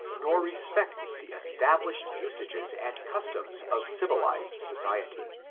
nor respects the established usages and customs of civilized society.